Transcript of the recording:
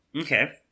Okay